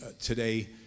today